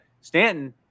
Stanton